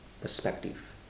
perspective